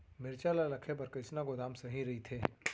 मिरचा ला रखे बर कईसना गोदाम सही रइथे?